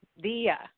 Dia